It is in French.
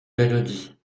mélodie